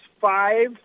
five